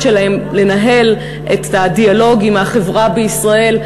שלהם לנהל את הדיאלוג עם החברה בישראל,